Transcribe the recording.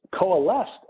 coalesced